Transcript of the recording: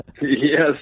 yes